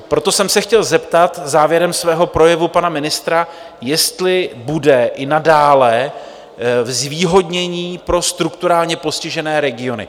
Proto jsem se chtěl zeptat závěrem svého projevu pana ministra, jestli bude i nadále zvýhodnění pro strukturálně postižené regiony.